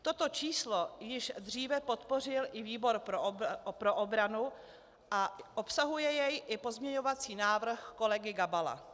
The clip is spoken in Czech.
Toto číslo již dříve podpořil i výbor pro obranu a obsahuje jej i pozměňovací návrh kolegy Gabala.